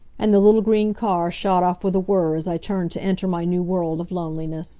and the little green car shot off with a whir as i turned to enter my new world of loneliness.